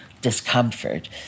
discomfort